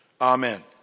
Amen